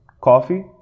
coffee